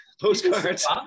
postcards